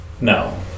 No